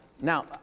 Now